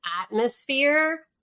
atmosphere